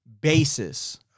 basis